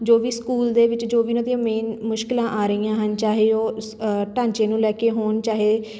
ਜੋ ਵੀ ਸਕੂਲ ਦੇ ਵਿੱਚ ਜੋ ਵੀ ਉਹਨਾਂ ਦੀਆਂ ਮੇਨ ਮੁਸ਼ਕਲਾਂ ਆ ਰਹੀਆਂ ਹਨ ਚਾਹੇ ਉਹ ਸ ਢਾਂਚੇ ਨੂੰ ਲੈ ਕੇ ਹੋਣ ਚਾਹੇ